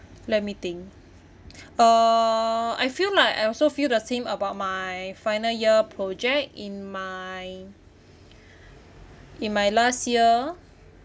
let me think uh I feel like I also feel the same about my final year project in my in my last year